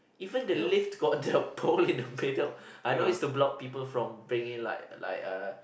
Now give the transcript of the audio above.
even the lift got the ball in the middle I know is the block people from bringing like like uh